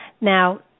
Now